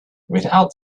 without